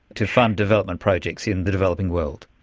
to fund development projects in the developing world.